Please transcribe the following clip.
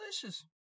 delicious